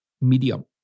medium